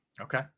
Okay